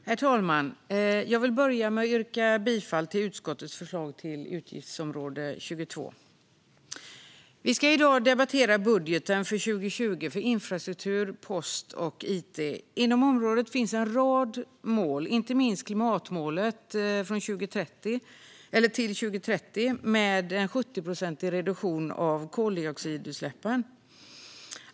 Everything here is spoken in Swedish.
Herr talman! Jag vill börja med att yrka bifall till utskottets förslag i betänkandet gällande utgiftsområde 22. Vi ska i dag debattera budgeten för 2020 för infrastruktur, post och it. Inom området finns en rad mål, inte minst klimatmålet med en 70-procentig reduktion av koldioxidutsläppen till 2030.